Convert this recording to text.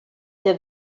their